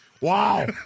wow